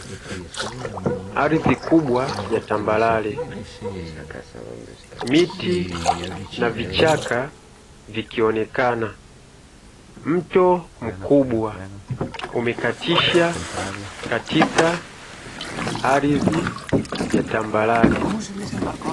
Ardhi kubwa ya tambarare, miti na vichaka vikionekana, mto mkubwa umekatisha katika ardhi ya tambarare.